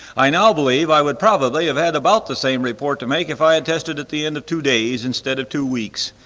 i now believe i would probably have had about the same report to make if i had tested at the end of two days instead of two weeks.